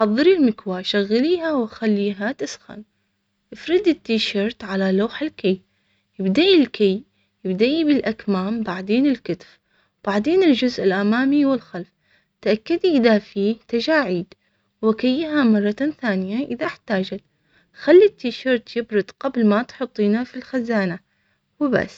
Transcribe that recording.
حضري المكواة، شغليها وخليها تسخن، افردي التيشيرت على لوح الكي، إبدئي الكي، إبدئي بالأكمام بعدين الكتف، بعدين الجزء الأمامي والخلف. تأكدي إذا فيه تجاعيد وكيها مرة ثانيه، إذا احتاجت، خلي التيشيرت.